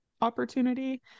opportunity